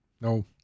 No